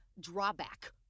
drawback